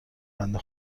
بنده